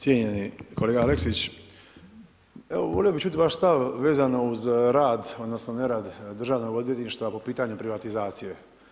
Cijenjeni kolega Aleksić, evo volio bi čuti vaš stav vezano uz rad, odnosno, nerad Državnog odvjetništva po pitanju privatizacije.